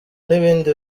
n’ibindi